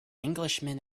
englishman